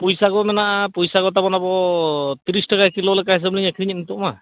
ᱯᱩᱭᱥᱟ ᱠᱚ ᱢᱮᱱᱟᱜᱼᱟ ᱯᱚᱭᱥᱟ ᱠᱚ ᱛᱟᱵᱚᱱ ᱟᱵᱚ ᱛᱤᱨᱤᱥ ᱴᱟᱠᱟ ᱠᱤᱞᱳ ᱞᱮᱠᱟ ᱦᱤᱥᱟᱹᱵ ᱞᱤᱧ ᱟᱹᱠᱷᱨᱤᱧᱮᱜ ᱱᱤᱛᱳᱜ ᱢᱟ